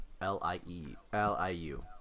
l-i-e-l-i-u